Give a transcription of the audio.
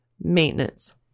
maintenance